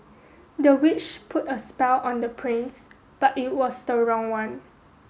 the witch put a spell on the prince but it was the wrong one